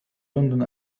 لندن